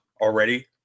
already